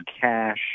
cash